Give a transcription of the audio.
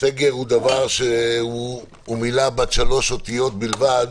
סגר היא מילה בת שלוש אותיות בלבד,